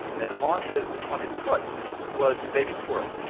and then on his on his foot was a baby squirrel.